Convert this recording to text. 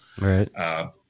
Right